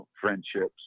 friendships